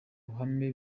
ruhame